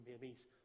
babies